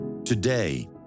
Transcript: Today